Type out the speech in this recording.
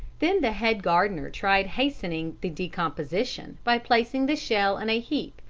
then the head gardener tried hastening the decomposition by placing the shell in a heap,